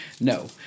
No